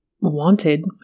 wanted